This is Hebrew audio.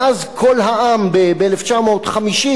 מאז "קול העם" ב-1950,